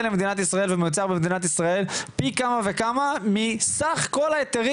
למדינת ישראל ומיוצר במדינת ישראל פי כמה וכמה מסך כל ההיתרים